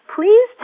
please